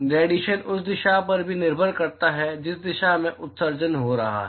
radiation उस दिशा पर भी निर्भर करता है जिस दिशा में उत्सर्जन हो रहा है